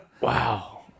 Wow